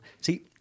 See